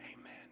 Amen